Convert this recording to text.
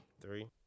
Three